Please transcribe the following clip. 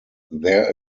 there